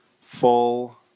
Full